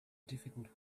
difficult